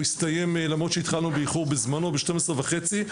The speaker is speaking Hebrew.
הוא עתיד להסתיים ב-12:30,